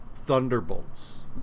Thunderbolts